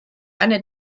eine